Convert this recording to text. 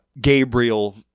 gabriel